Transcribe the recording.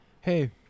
hey